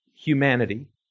humanity